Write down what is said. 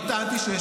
לא אמרתי.